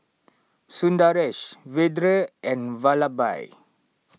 Sundaresh Vedre and Vallabhbhai